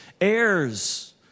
heirs